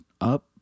up